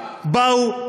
מה יש שם?